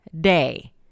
day